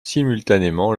simultanément